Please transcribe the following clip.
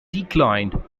declined